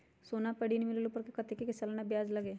सोना पर ऋण मिलेलु ओपर कतेक के सालाना ब्याज लगे?